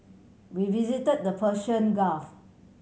we visit the Persian Gulf